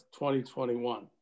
2021